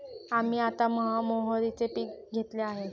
आम्ही आता मोहरीचे पीक घेतले आहे